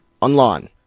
online